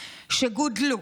שגודלו,